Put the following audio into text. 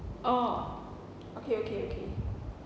oh okay okay okay